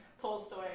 Tolstoy